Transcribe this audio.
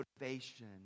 motivation